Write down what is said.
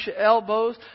elbows